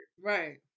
right